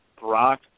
Brock